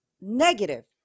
negative